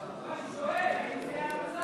לא, אני שואל, האם זה יהיה המצב?